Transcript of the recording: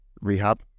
rehab